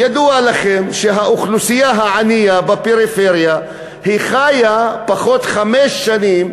ידוע לכם שהאוכלוסייה הענייה בפריפריה חיה חמש שנים